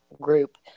group